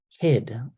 kid